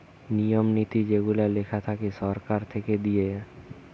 নিয়ম নীতি যেগুলা লেখা থাকে সরকার থেকে দিয়ে